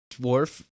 dwarf